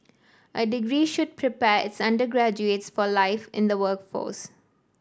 a degree should prepare its undergraduates for life in the workforce